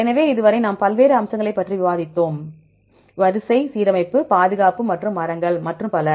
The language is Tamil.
எனவே இதுவரை நாம் பல்வேறு அம்சங்களைப் பற்றி விவாதித்தோம் வரிசை சீரமைப்பு பாதுகாப்பு மற்றும் மரங்கள் மற்றும் பல